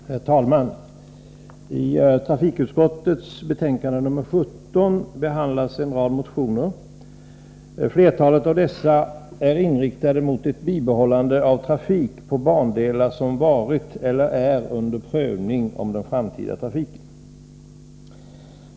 Herr talman! I trafikutskottets betänkande nr17 behandlas en rad motioner. Flertalet av dessa är inriktade mot ett bibehållande av trafik på bandelar som varit eller är under prövning i fråga om den framtida trafiken.